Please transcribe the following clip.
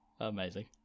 Amazing